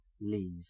leave